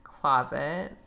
closet